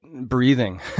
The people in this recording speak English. breathing